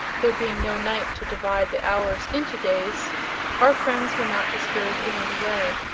there being no night to divide the hours into days our friends were not disturbed in any way.